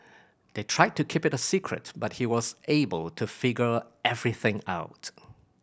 they tried to keep it a secret but he was able to figure everything out